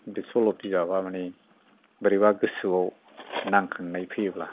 बे सल' बिजाबा मानि बोरैबा गोसोयाव नांखांनाय फैयोब्ला